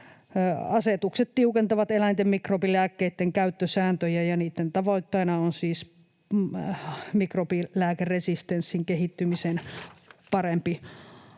Asetukset tiukentavat eläinten mikrobilääkkeitten käyttösääntöjä, ja niitten tavoitteena on siis mikrobilääkeresistenssin kehittymisen parempi